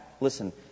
listen